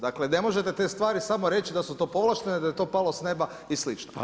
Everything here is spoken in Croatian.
Dakle, ne možete te stvari samo reći da su to povlaštene, da je to palo s neba i slično.